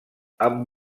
amb